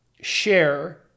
share